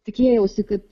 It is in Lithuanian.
tikėjausi kad